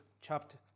chapter